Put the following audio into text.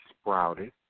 sprouted